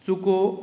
चुको